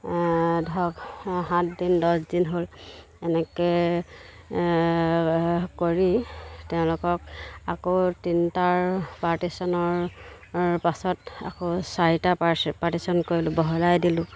ধৰক সাত দিন দহদিন হ'ল এনেকৈ কৰি তেওঁলোকক আকৌ তিনিটাৰ পাৰ্টিচ্যনৰ পাছত আকৌ চাৰিটাৰ পাৰ্টিশ্যন কৰিলোঁ বহলাই দিলোঁ